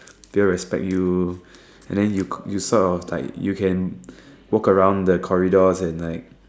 people respect you and then you sort of like you can walk around the corridors and like